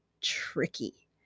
tricky